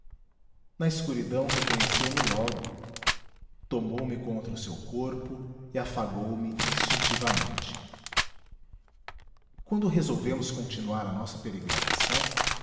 na escuridão reconheceu-me logo tomou-me contra o seu corpo e afagou me instintivamente quando resolvemos continuar a nossa peregrinação